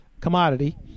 commodity